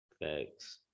Thanks